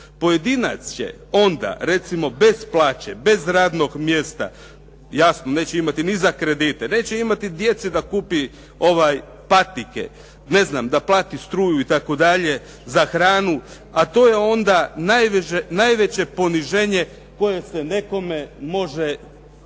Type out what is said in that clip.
Pojedinac će onda recimo bez plaće, bez radnog mjesta, jasno neće imati ni za kredite, neće imati djeci da kupi patike, da plati struju itd., za hranu a to je onda najveće poniženje koje se nekome može